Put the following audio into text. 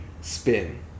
spin